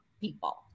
people